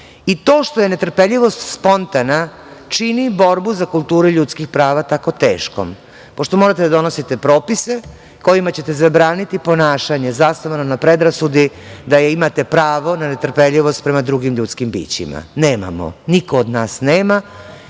i to što je netrpeljivost spontana čini borbu za kulturu ljudskih prava tako teškom, pošto morate da donosite propise kojima ćete zabraniti ponašanje zasnovano na predrasudi da imate pravo na netrpeljivost prema drugim ljudskim bićima. Nemamo. Niko od nas nema